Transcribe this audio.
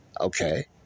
Okay